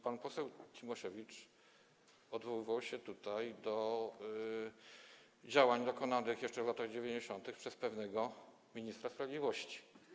Pan poseł Cimoszewicz odwoływał się tutaj do działań prowadzonych jeszcze w latach 90. przez pewnego ministra sprawiedliwości.